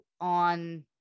on